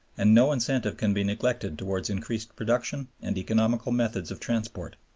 and no incentive can be neglected towards increased production and economical methods of transport.